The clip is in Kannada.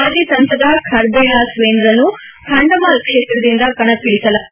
ಮಾಜಿ ಸಂಸದ ಖರ್ದೇಲ ಸ್ತೇನ್ರನ್ನು ಖಂಡಮಾಲ್ ಕ್ಷೇತ್ರದಿಂದ ಕಣಕ್ಕಿಳಿಸಲಾಗಿದೆ